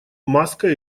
маска